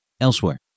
Elsewhere